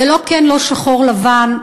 זה לא: כן, לא, שחור, לבן.